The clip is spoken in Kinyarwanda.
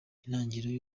itangiriro